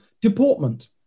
deportment